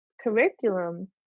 curriculum